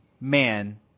man